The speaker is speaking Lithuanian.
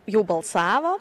jau balsavo